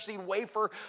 wafer